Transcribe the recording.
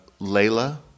Layla